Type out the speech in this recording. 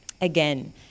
again